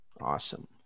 Awesome